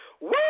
Woo